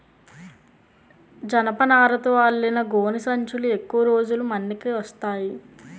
జనపనారతో అల్లిన గోనె సంచులు ఎక్కువ రోజులు మన్నిక వస్తాయి